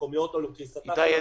מקומיות או לקריסתן של --- איתי,